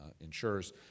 insurers